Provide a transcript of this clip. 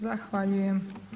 Zahvaljujem.